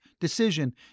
decision